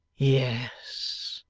yes,